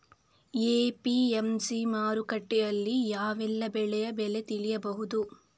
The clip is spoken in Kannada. ಎ.ಪಿ.ಎಂ.ಸಿ ಮಾರುಕಟ್ಟೆಯಲ್ಲಿ ಯಾವೆಲ್ಲಾ ಬೆಳೆಯ ಬೆಲೆ ತಿಳಿಬಹುದು?